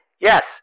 Yes